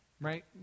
Right